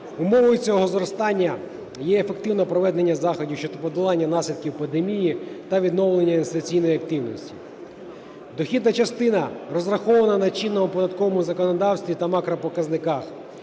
Умовою цього зростання є ефективне проведення заходів щодо подолання наслідків пандемії та відновлення інвестиційної активності. Дохідна частина розрахована на чинному податковому законодавстві та макропоказниках.